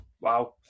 wow